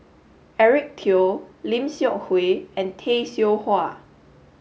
Eric Teo Lim Seok Hui and Tay Seow Huah